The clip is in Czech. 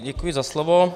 Děkuji za slovo.